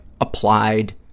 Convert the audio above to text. applied